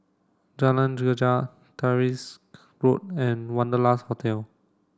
Jalan Greja Tyrwhitt Road and Wanderlust Hotel